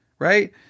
Right